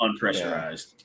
unpressurized